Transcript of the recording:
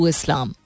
Islam